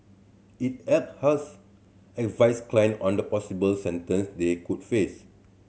it help us advise client on the possible sentence they could face